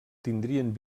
tindrien